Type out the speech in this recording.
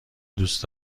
دوست